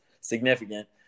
significant